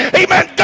amen